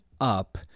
up